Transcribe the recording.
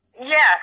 Yes